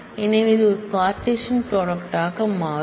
எனவே இது ஒரு கார்ட்டீசியன் ப்ராடக்ட் ஆக மாறும்